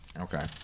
Okay